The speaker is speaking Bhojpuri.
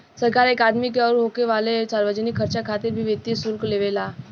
सरकार एक आदमी के ऊपर होखे वाला सार्वजनिक खर्चा खातिर भी वित्तीय शुल्क लेवे ला